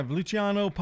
Luciano